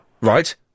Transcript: Right